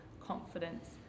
confidence